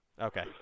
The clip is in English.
Okay